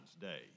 Day